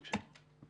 בבקשה.